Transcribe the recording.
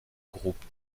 groupe